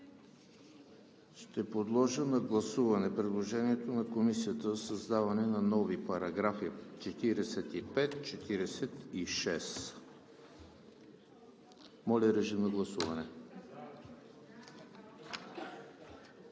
Ще подложа на гласуване предложението на Комисията за създаване на нови параграфи 45 и 46. Гласували